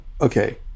okay